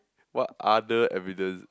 what other evidence